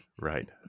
Right